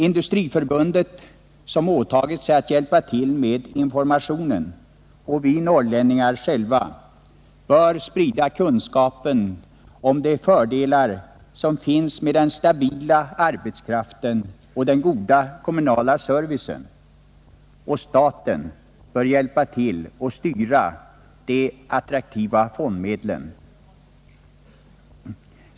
Industriförbundet som åtagit sig att hjälpa till med informationen och vi norrlänningar själva bör sprida kunskapen om de fördelar som finns med den stabila arbetskraften och den goda kommunala servicen, och staten bör hjälpa till och styra de attraktiva fondmedlen.